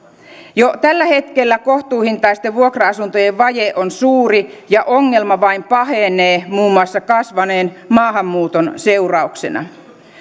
jo tällä hetkellä kohtuuhintaisten vuokra asuntojen vaje on suuri ja ongelma vain pahenee muun muassa kasvaneen maahanmuuton seurauksena